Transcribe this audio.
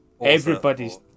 everybody's